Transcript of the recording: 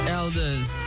elders